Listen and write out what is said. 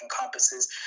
encompasses